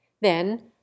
Then